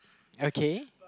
okay